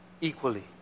equally